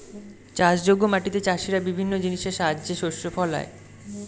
চাষযোগ্য মাটিতে চাষীরা বিভিন্ন জিনিসের সাহায্যে শস্য ফলায়